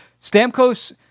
Stamkos